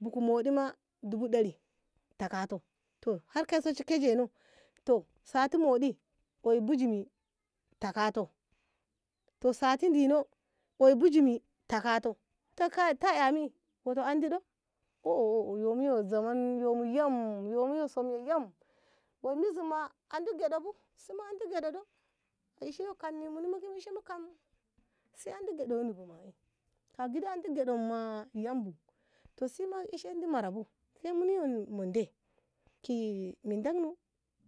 buhu moɗi ma dubu dari takato to har keiso shi kejeno to sati moɗi oyum bijimi takato to sati dino oyum bijimi takato ta inami wato andi do oh oh yumi yu zaman yumi yam weiyi zima andi gyeɗe bo esima andi gyeɗenibu ta gidi andi gyedauni yambu to sima ishen marabu se muni mude ki mi dano